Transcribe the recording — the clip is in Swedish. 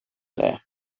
det